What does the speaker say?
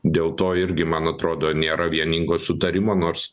dėl to irgi man atrodo nėra vieningo sutarimo nors